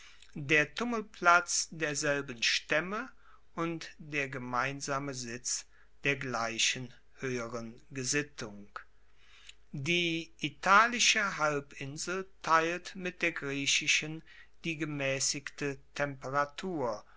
der tummelplatz derselben staemme und der gemeinsame sitz der gleichen hoeheren gesittung die italische halbinsel teilt mit der griechischen die gemaessigte temperatur